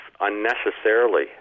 unnecessarily